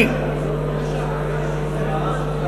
יש הערכה של זמן?